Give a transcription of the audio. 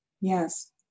Yes